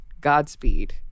Godspeed